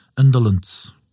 indolence